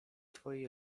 twoi